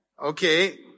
Okay